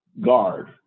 guard